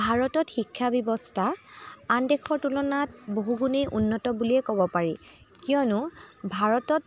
ভাৰতত শিক্ষা ব্যৱস্থা আন দেশৰ তুলনাত বহু গুণেই উন্নত বুলিয়ে ক'ব পাৰি কিয়নো ভাৰতত